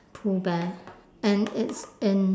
pooh bear and it's in